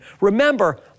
Remember